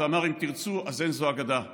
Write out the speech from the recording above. ואמר 'אם תרצו אז אין זו אגדה'".